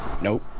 Nope